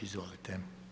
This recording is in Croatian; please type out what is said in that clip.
Izvolite.